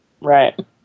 Right